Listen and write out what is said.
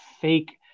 fake